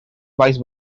vice